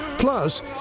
Plus